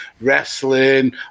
wrestling